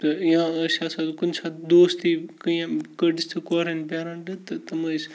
تہٕ یا ٲسۍ آسان کُنہِ ساتہٕ دوستی کیٚنٛہہ کٔٹِس تہِ کورِیٚن پیرَنٹ تہٕ تم ٲسۍ